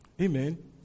Amen